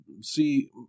See